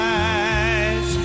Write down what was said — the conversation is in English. eyes